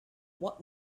what